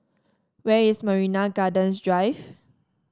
where is Marina Gardens Drive